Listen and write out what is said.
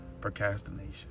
procrastination